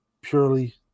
purely